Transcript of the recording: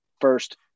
first